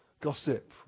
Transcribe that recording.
gossip